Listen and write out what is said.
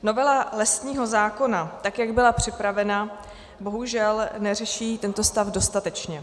Novela lesního zákona, tak jak byla připravena, bohužel neřeší tento stav dostatečně.